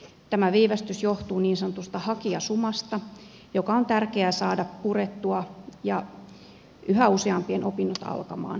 tämä viivästys johtuu niin sanotusta hakijasumasta joka on tärkeää saada purettua ja yhä useampien opinnot alkamaan